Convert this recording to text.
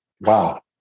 Wow